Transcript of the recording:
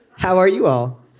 how are you all